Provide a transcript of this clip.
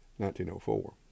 1904